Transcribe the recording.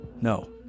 No